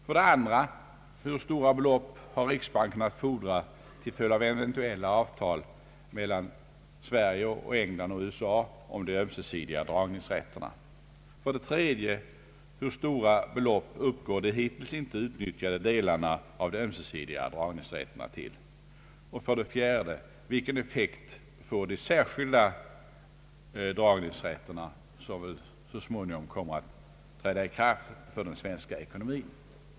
För det andra är frågan: Hur stora belopp har riksbanken att fordra till följd av eventuella avtal mellan Sverige och England och USA om de ömsesidiga dragningsrätterna? För det tredje är frågan: Hur stora belopp uppgår de hittills icke utnyttjade delarna av de ömsesidiga dragningsrätterna till? ; För det fjärde är frågan: Vilken effekt får de särskilda dragningsrätter som så småningom kommer att träda i kraft på den svenska ekonomin?